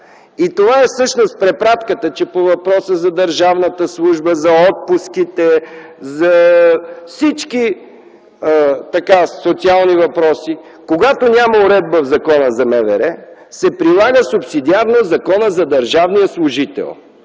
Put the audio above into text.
И това всъщност е препратката, че по въпроса за държавната служба, за отпуските, за всички социални въпроси, когато няма уредба в Закона за МВР, се прилага субсидиарно Законът за държавния служител.